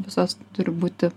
visos turi būti